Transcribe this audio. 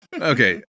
Okay